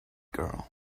girl